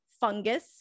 fungus